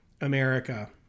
America